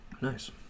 Nice